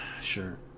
sure